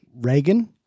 Reagan